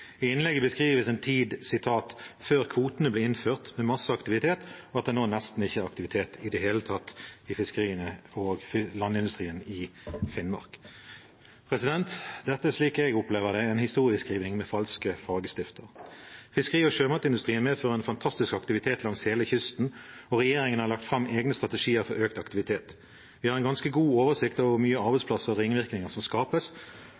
I innlegget beskrives en tid «fram til kvoteregimet ble innført» med masse aktivitet, og at det nå nesten ikke er aktivitet i det hele tatt i fiskeriene og landindustrien i Finnmark. Dette er slik jeg opplever det, en historieskriving med falske fargestifter. Fiskeri- og sjømatindustrien medfører en fantastisk aktivitet langs hele kysten, og regjeringen har lagt fram egne strategier for økt aktivitet. Vi har en ganske god oversikt over hvor mye arbeidsplasser og ringvirkninger som skapes,